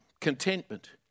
contentment